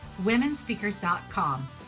womenspeakers.com